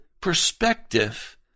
perspective